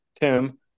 Tim –